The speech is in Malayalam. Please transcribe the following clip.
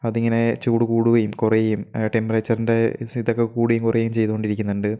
അതിങ്ങനെ ചൂട് കൂടുകയും കുറയുകയും ആ ടെമ്പറേച്ചറിൻ്റെ ഇതൊക്കെ കൂടിയും കുറയുകയും ചെയ്തു കൊണ്ടിരിക്കുന്നുണ്ട്